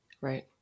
Right